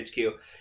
HQ